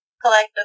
collective